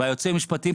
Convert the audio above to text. והיועצים המשפטיים,